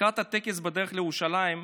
לקראת הטקס, בדרך לירושלים,